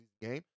game